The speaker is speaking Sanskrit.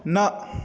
न